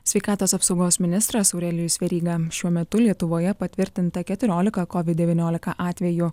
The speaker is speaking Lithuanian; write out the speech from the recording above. sveikatos apsaugos ministras aurelijus veryga šiuo metu lietuvoje patvirtinta keturiolika covid devyniolika atvejų